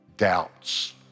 doubts